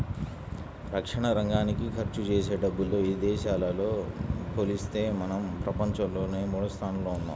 రక్షణరంగానికి ఖర్చుజేసే డబ్బుల్లో ఇదేశాలతో పోలిత్తే మనం ప్రపంచంలో మూడోస్థానంలో ఉన్నాం